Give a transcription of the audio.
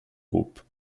groupe